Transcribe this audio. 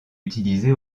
utilisée